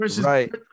Right